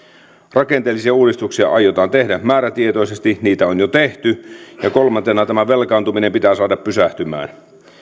rakenteellisia uudistuksia aiotaan tehdä määrätietoisesti niitä on jo tehty ja kolmantena tämä velkaantuminen pitää saada pysähtymään